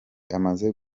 amaze